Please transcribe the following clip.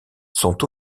sont